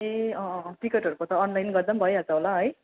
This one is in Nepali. ए अँ अँ अँ टिकटहरूको त अनलाइन गर्दा पनि भइहाल्छ होला है